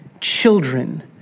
children